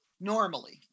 Normally